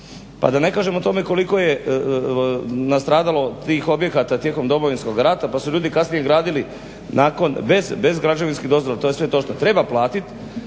Pa da ne kažem o tome koliko je nastradalo tih objekata tijekom Domovinskog rata pa su ljudi kasnije gradili nakon bez građevinskih dozvola to je sve točno. Treba platiti,